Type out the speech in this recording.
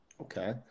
Okay